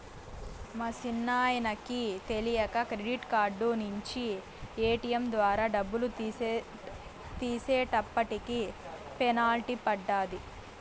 మా సిన్నాయనకి తెలీక క్రెడిట్ కార్డు నించి ఏటియం ద్వారా డబ్బులు తీసేటప్పటికి పెనల్టీ పడ్డాది